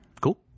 Cool